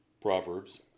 Proverbs